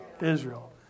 Israel